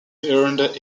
earned